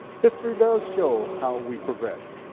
history does show how we progressed.